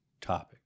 topic